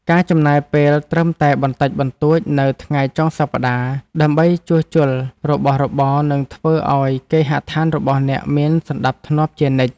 ការចំណាយពេលត្រឹមតែបន្តិចបន្តួចនៅថ្ងៃចុងសប្តាហ៍ដើម្បីជួសជុលរបស់របរ នឹងធ្វើឱ្យគេហដ្ឋានរបស់អ្នកមានសណ្តាប់ធ្នាប់ជានិច្ច។